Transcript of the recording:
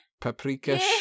paprika